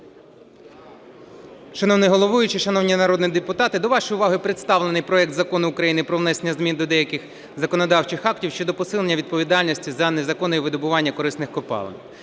Шановний головуючий, шановні народні депутати! До вашої уваги представлений проект Закону України про внесення змін до деяких законодавчих актів щодо посилення відповідальності за незаконне видобування корисних копалин.